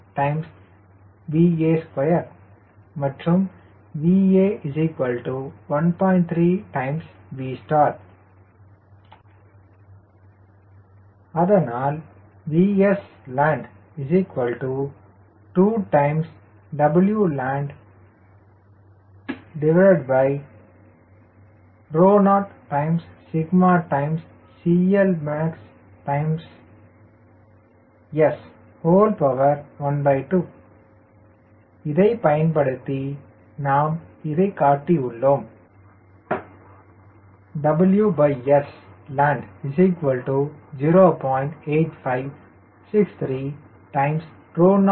3 Vstall அதனால் Vsland2Wland0CLmaxS12 இதைப் பயன்படுத்தி நாம் இதைக் காட்டியுள்ளோம் WSland0